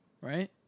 right